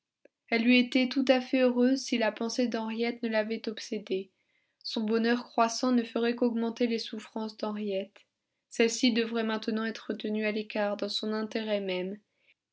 elle eût été tout à fait heureuse si la pensée d'henriette ne l'avait obsédée son bonheur croissant ne ferait qu'augmenter les souffrances d'henriette celle-ci devrait maintenant être tenue à l'écart dans son intérêt même